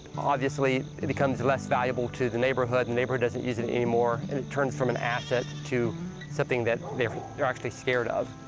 obviously it becomes less valuable to the neighborhood. the and neighborhood doesn't use it anymore. and it turns from an asset to something that they're they're actually scared of!